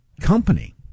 company